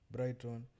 Brighton